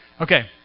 Okay